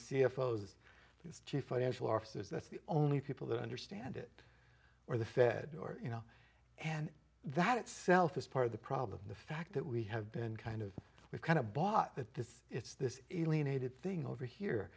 is chief financial officers that's the only people that understand it or the fed or you know and that itself is part of the problem the fact that we have been kind of we've kind of bought that this it's this alienated thing over here